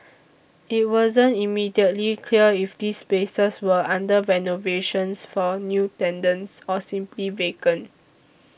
it wasn't immediately clear if these spaces were under renovations for new tenants or simply vacant